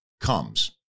comes